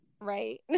Right